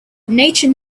nature